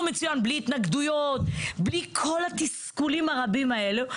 מצוין בלי התנגדויות בלי כל התסכולים הרבים האלה,